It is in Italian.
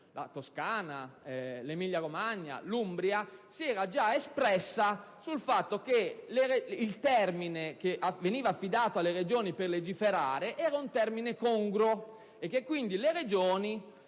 la Toscana, l'Emilia-Romagna e l'Umbria), si era già espressa sul fatto che il termine che veniva affidato alle Regioni per legiferare era congruo e che, quindi, le Regioni